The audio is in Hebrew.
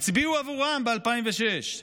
הצביעו עבורם ב-2006,